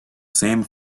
same